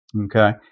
Okay